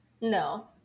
no